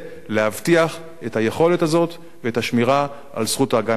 להבטיח את היכולת הזאת ואת השמירה על זכות ההגנה העצמית.